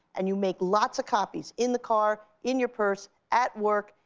and you make lots of copies in the car, in your purse, at work.